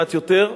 מעט יותר.